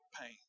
Pain